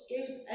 escape